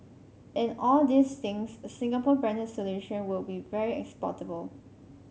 in all these things a Singapore branded solution will be very exportable